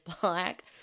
black